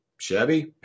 Chevy